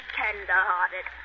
tender-hearted